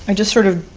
and just sort of